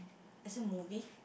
is it movie